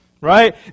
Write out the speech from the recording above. Right